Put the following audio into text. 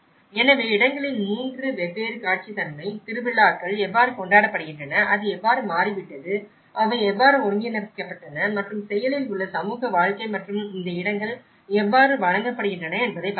எனவே இடங்களின் 3 வெவ்வேறு காட்சி தன்மை திருவிழாக்கள் எவ்வாறு கொண்டாடப்படுகின்றன அது எவ்வாறு மாறிவிட்டது அவை எவ்வாறு ஒருங்கிணைக்கப்பட்டன மற்றும் செயலில் உள்ள சமூக வாழ்க்கை மற்றும் இந்த இடங்கள் எவ்வாறு வழங்கப்படுகின்றன என்பதைப் பார்க்கலாம்